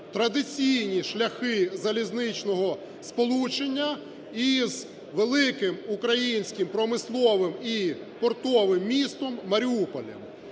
традиційні шляхи залізничного сполучення із великим українським промисловим і портовим містом Маріуполем.